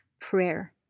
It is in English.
Prayer